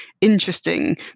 interesting